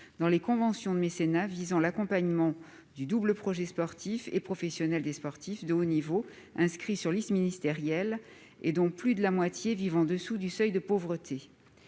dans leur convention de mécénat relative à l'accompagnement du double projet sportif et professionnel des sportifs de haut niveau inscrits sur liste ministérielle, dont plus de la moitié vit en dessous du seuil de pauvreté.